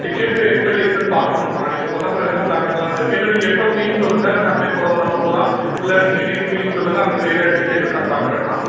ticket எப்படி இருக்குதுனு பார்க்கணும்னா நீங்கள் சொன்ன பிறகு தான் பிளான் பண்ணலாம்னு இருக்கேன் நீங்கள் எப்போ ஃப்ரீனு சொல்லுங்கள் சண்டே போகிறதுனாலும் போகலாம் இல்லை நீங்கள் என்றைக்கு ஃப்ரீனு சொல்லுங்கள் அந்த டேல டிக்கெட் இருக்கானு பார்க்குறேன்னா